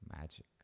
magic